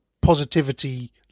positivity